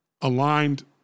aligned